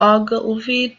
ogilvy